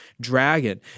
dragon